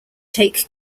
take